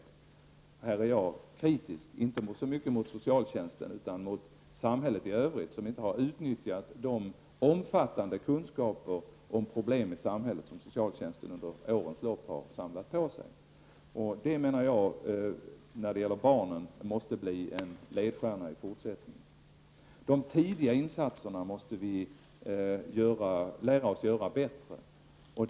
Jag är på den här punkten kritisk, inte så mycket mot socialtjänsten, utan mot samhället i övrigt som inte har utnyttjat de omfattande kunskaper om problem i samhället som socialtjänsten under årens lopp har samlat på sig. Detta menar jag måste bli en ledstjärna i fortsättningen när det gäller barnen. Vi måste lära oss att göra tidiga insatser på ett bättre sätt.